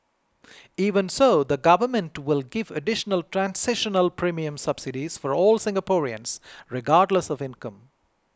even so the government will give additional transitional premium subsidies for all Singaporeans regardless of income